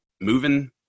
moving